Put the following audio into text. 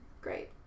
Great